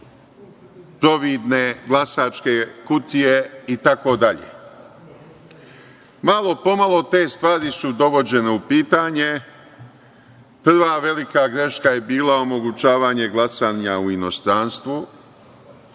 providne glasačke kutije, itd. Malo-pomalo te stvari su dovođene u pitanje. Prva velika greška je bila omogućavanje glasanja u inostranstvu.